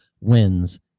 wins